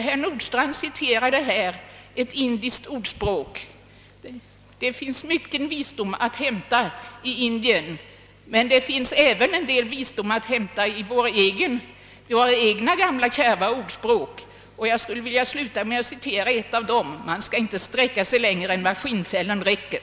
Herr Nordstrandh citerade ett indiskt ordspråk. Det finns mycken visdom att hämta i Indien, men det finns också en del visdom i våra egna gamla, kärva ordspråk, och jag skulle vilja sluta med att citera ett av dem: »Man skall inte sträcka sig längre än vad skinnfällen räcker.»